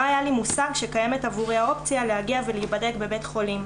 היה לי מושג שקיימת עבורי האופציה להגיע ולהיבדק בבית חולים,